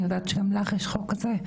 אני יודעת שגם לך יש חוק כזה,